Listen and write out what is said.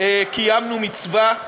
קיימנו מצווה.